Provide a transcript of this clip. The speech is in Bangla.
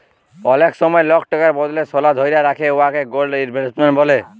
অলেক সময় লক টাকার বদলে সলা ধ্যইরে রাখে উয়াকে গোল্ড ইলভেস্টমেল্ট ব্যলে